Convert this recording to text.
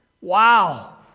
Wow